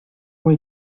muy